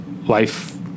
life